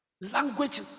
language